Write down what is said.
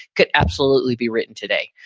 could absolutely be written today.